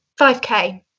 5k